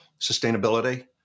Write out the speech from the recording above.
sustainability